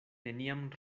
neniam